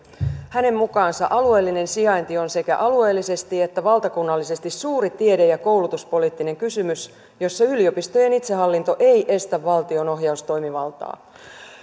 hänen mukaansa alueellinen sijainti on sekä alueellisesti että valtakunnallisesti suuri tiede ja koulutuspoliittinen kysymys jossa yliopistojen itsehallinto ei estä valtion ohjaustoimivaltaa